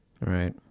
Right